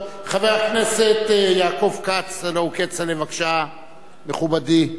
חבר הכנסת יעקב כץ, הלוא הוא כצל'ה, מכובדי.